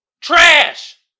trash